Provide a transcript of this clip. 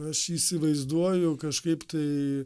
aš jį įsivaizduoju kažkaip tai